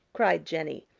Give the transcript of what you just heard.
cried jenny.